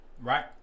right